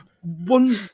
one